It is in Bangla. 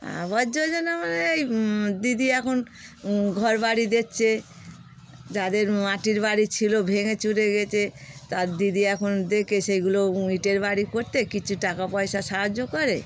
আবাস যোজনা মানে এই দিদি এখন ঘর বাড়ি দিচ্ছে যাদের মাটির বাড়ি ছিল ভেঙে চুরে গিয়েছে তার দিদি এখন দেখে সেগুলো ইটের বাড়ি করতে কিছু টাকা পয়সা সাহায্য করে